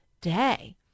day